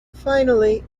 finally